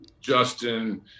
Justin